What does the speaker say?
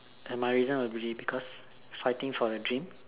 my reason will be fighting for a dream